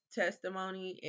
testimony